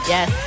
Yes